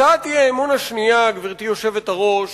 הצעת האי-אמון השנייה, גברתי היושבת-ראש,